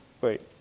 Wait